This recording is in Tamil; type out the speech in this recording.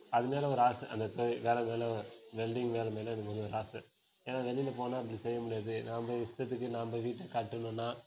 அதுமேலே ஒரு ஆசை அந்த தொழில் வேலை மேலே வெல்டிங் வேலை மேலே எனக்கு வந்து ஒரு ஆசை ஏன்னா வெளியில் போனால் அப்படி செய்ய முடியாது நம்ம இஷ்டத்துக்கு நம்ப வீட்டை கட்டணும்ன்னா